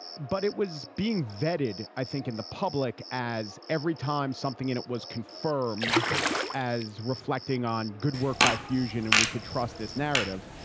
but it was being vetted, i think, in the public as every time something in it was confirmed as reflecting on. good work by fusion and we could trust this narrative.